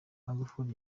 magufuli